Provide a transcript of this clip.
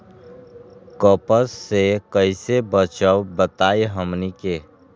कपस से कईसे बचब बताई हमनी के?